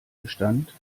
bestand